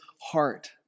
heart